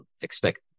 expect